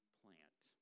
plant